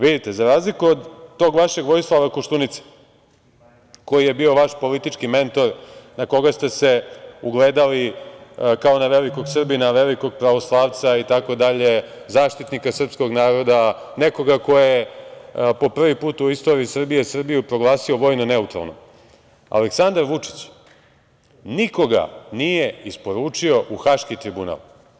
Vidite, za razliku od tog vašeg Vojislava Koštunice, koji je bio vaš politički mentor, na koga ste se ugledali kao na velikog Srbina, velikog pravoslavca itd, zaštitnika srpskog naroda, nekoga ko je po prvi put u istoriji Srbije, Srbiju proglasio vojno neutralnom, Aleksandar Vučić nikoga nije isporučio u Haški tribunal.